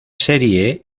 serie